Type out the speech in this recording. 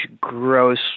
gross